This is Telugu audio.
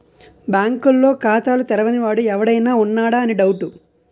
బాంకుల్లో ఖాతాలు తెరవని వాడు ఎవడైనా ఉన్నాడా అని డౌటు